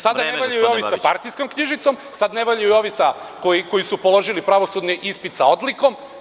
Sada ne valjaju ni ovi sa partijskom knjižicom, sada ne valjaju ovi koji su položili pravosudni ispit sa odlikom?